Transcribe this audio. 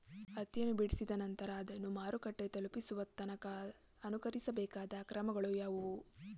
ಹತ್ತಿಯನ್ನು ಬಿಡಿಸಿದ ನಂತರ ಅದನ್ನು ಮಾರುಕಟ್ಟೆ ತಲುಪಿಸುವ ತನಕ ಅನುಸರಿಸಬೇಕಾದ ಕ್ರಮಗಳು ಯಾವುವು?